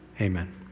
Amen